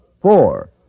Four